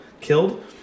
killed